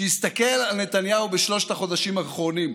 שיסתכל על נתניהו בשלושת החודשים האחרונים.